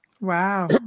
Wow